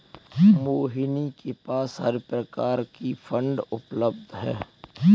मोहिनी के पास हर प्रकार की फ़ंड उपलब्ध है